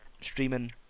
streaming